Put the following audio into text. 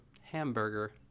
Hamburger